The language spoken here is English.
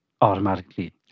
automatically